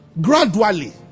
Gradually